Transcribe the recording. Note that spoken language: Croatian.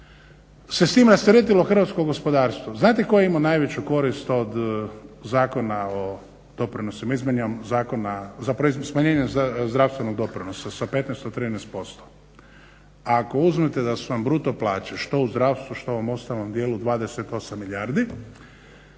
se s tim rasteretilo hrvatskog gospodarstvo. Znate tko je imao najveću korist od Zakona o doprinosima zapravo izmjenama smanjenjem zdravstvenog doprinosa sa 15 na 13%? Ako uzmete da su vam bruto plaće što u zdravstvu što u ovom ostalom dijelu 28 milijardi